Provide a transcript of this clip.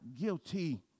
guilty